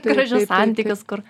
gražius santykius kur